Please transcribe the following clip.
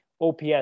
OPS